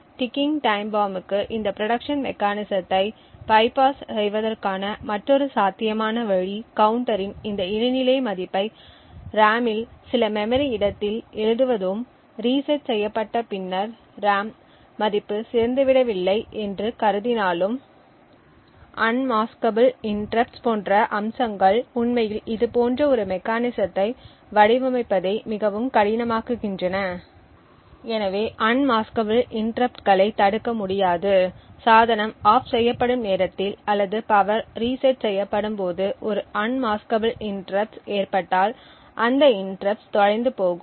ticking time பாம்ப்க்கு இந்த protection மெக்கானிஸத்தை பைபாஸ் செய்வதற்கான மற்றொரு சாத்தியமான வழி கவுண்டரின் இந்த இடைநிலை மதிப்பை ரேமில் சில மெமரி இடத்திற்கு எழுதுவதும் ரீசெட் செய்யப்பட்ட பின்னர் ரேம் மதிப்பு சிதைந்துவிடவில்லை என்று கருதினாலும் அன்மாஸ்க்கபூள் இன்டெர்ருப்ட்ஸ் போன்ற அம்சங்கள் உண்மையில் இதுபோன்ற ஒரு மெக்கானிஸத்தை வடிவமைப்பதை மிகவும் கடினமாக்குகின்றன எனவே அன்மாஸ்க்கபூள் இன்டெர்ருப்ட்ஸ்களைத் தடுக்க முடியாது சாதனம் OFF செய்யப்படும் நேரத்தில் அல்லது பவர் ரீசெட் செய்யப்படும்போது ஒரு அன்மாஸ்க்கபூள் இன்டெர்ருப்ட்ஸ் ஏற்பட்டால் அந்த இன்டெர்ருப்ட்ஸ் தொலைந்து போகும்